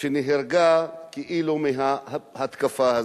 שנהרגה כאילו מההתקפה הזאת.